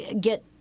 get